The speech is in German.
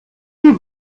sie